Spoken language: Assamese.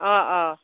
অঁ অঁ